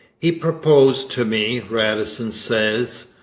he proposed to me radisson says,